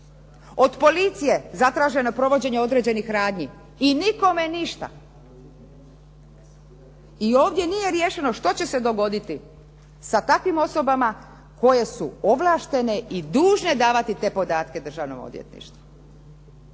Od policije zatraženo je provođenje određenih radnji i nikome ništa. I ovdje nije riješeno što će se dogoditi sa takvim osobama koje su ovlaštene i dužne davati te podatke državnom odvjetništvu.